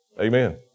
Amen